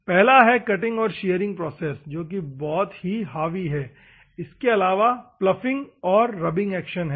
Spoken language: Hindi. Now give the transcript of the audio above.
पहला है कटिंग और शीअरिंग प्रोसेस जो कि बहुत ही हावी है इसके अलावा पलॉफिंग और रब्बिंग एक्शन्स है